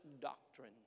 doctrine